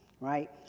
right